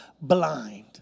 blind